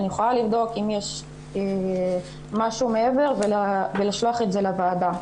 אני יכולה לבדוק אם יש משהו מעבר ולשלוח את זה לוועדה.